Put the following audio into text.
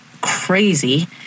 crazy